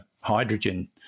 hydrogen